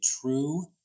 true